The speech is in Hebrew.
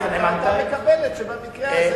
יכול להיות שוועדת האתיקה היתה מקבלת שבמקרה הזה,